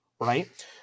right